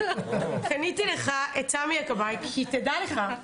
אז קניתי לך את סמי הכבאי, כי תדע לך,